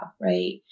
right